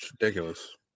ridiculous